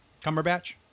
Cumberbatch